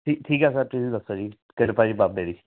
ਠੀਕ ਠੀਕ ਹੈ ਸਰ ਤੁਸੀਂ ਦੱਸੋ ਜੀ ਕ੍ਰਿਪਾ ਜੀ ਬਾਬੇ ਦੀ